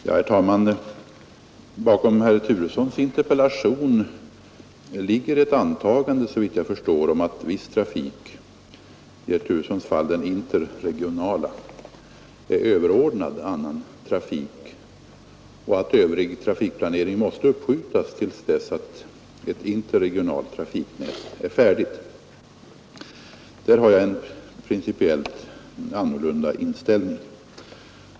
Herr talman! Bakom herr Turessons interpellation ligger såvitt jag förstår ett antagande om att viss trafik — i herr Turessons fall den interregionala — är överordnad annan trafik och att övrig trafikplanering måste uppskjutas till dess att ett interregionalt trafiknät är färdigt. Där har jag en principiellt annorlunda inställning.